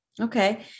Okay